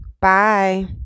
Bye